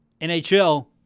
NHL